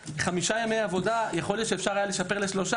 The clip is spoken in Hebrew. חמישה ימי עבודה יכול להיות שאפשר היה לשפר לשלושה